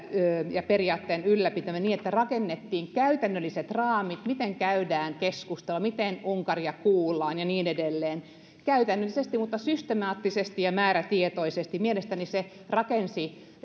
ja periaatteen ylläpitäminen niin että rakennettiin käytännölliset raamit miten käydään keskustelua miten unkaria kuullaan ja niin edelleen käytännöllisesti mutta systemaattisesti ja määrätietoisesti mielestäni rakensivat